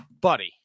Buddy